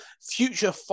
Future